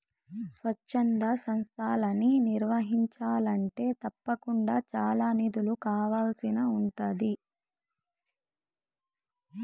స్వచ్ఛంద సంస్తలని నిర్వహించాలంటే తప్పకుండా చానా నిధులు కావాల్సి ఉంటాది